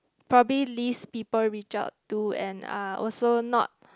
probably least people reach out to and are also not